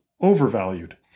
overvalued